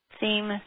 Theme